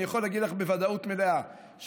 אני יכול להגיד לך בוודאות מלאה שבעת